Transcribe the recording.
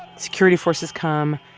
security forces come.